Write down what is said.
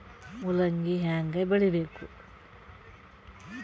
ಮೂಲಂಗಿ ಹ್ಯಾಂಗ ಬೆಳಿಬೇಕು?